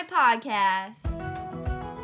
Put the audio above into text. Podcast